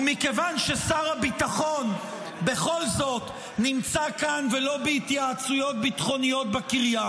ומכיוון ששר הביטחון בכל זאת נמצא כאן ולא בהתייעצויות ביטחוניות בקריה,